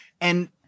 And-